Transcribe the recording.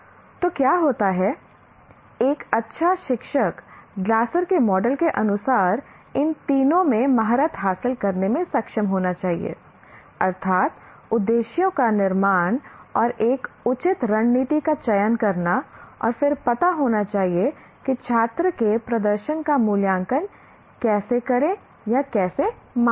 तो क्या होता है एक अच्छा शिक्षक ग्लासर के मॉडल के अनुसार इन तीनों में महारत हासिल करने में सक्षम होना चाहिए अर्थात् उद्देश्यों का निर्माण और एक उचित रणनीति का चयन करना और फिर पता होना चाहिए कि छात्र के प्रदर्शन का मूल्यांकन कैसे करें या कैसे मापें